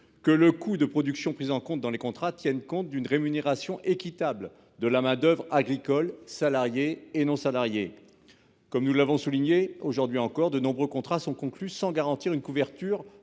que le coût de production pris en considération dans les contrats tienne compte d'une rémunération équitable de la main-d'oeuvre agricole, salariée et non salariée. Comme nous l'avons souligné, aujourd'hui encore, de nombreux contrats sont conclus sans garantir une couverture